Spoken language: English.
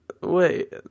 wait